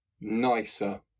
nicer